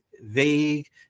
vague